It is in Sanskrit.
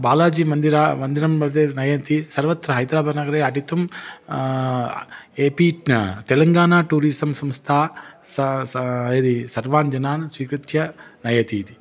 बालाजि मन्दिरं मन्दिरमध्ये नयति सर्वत्र हैद्राबादनगरे अटितुं येपि तेलङ्गाणा टूरिसं संस्था स स यदि सर्वान् जनान् स्वीकृत्य नयति इति